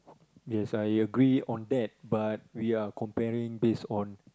yes I agree on that but we are comparing base on